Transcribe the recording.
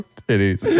titties